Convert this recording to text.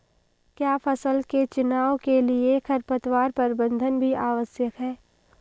क्या फसल के चुनाव के लिए खरपतवार प्रबंधन भी आवश्यक है?